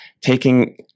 taking